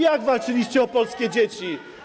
Jak walczyliście o polskie dzieci?